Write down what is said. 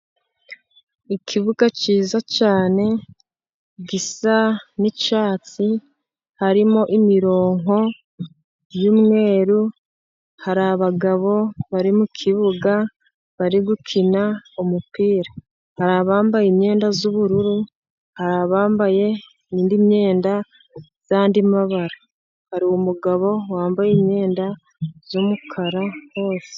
Ikibuga kiza cyane, gisa n'icyatsi, harimo imirongo y'umweru, hari abagabo bari mu kibuga, bari gukina umupira, hari abambaye imyenda y'ubururu, hari abambaye indi myenda y'andi mabara, hari umugabo wambaye imyenda y'umukara hose.